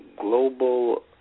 global